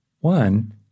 One